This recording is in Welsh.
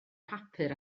papur